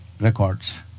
records